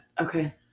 Okay